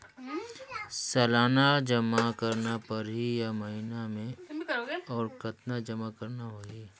सालाना जमा करना परही या महीना मे और कतना जमा करना होहि?